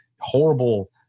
horrible